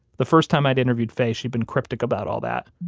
the first time i'd interviewed faye she'd been cryptic about all that.